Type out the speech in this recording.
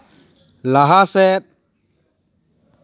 ᱞᱟᱦᱟ ᱥᱮᱫ